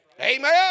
Amen